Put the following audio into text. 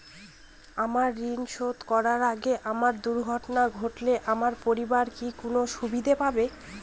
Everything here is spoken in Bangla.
আমার ঋণ শোধ করার আগে আমার দুর্ঘটনা ঘটলে আমার পরিবার কি কোনো সুবিধে পাবে?